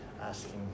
asking